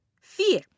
fear